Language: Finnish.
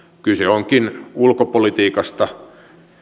kyse onkin ulkopolitiikasta